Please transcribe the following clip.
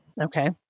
Okay